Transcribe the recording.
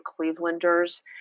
Clevelanders